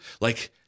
like-